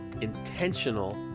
intentional